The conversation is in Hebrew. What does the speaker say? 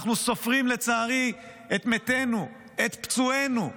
אנחנו סופרים, לצערי, את מתינו, את פצועינו.